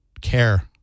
care